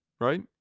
Right